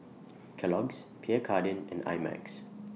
Kellogg's Pierre Cardin and I Max